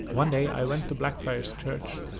one day i went to blackfriars church,